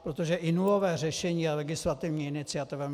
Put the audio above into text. Protože i nulové řešení je legislativní iniciativa.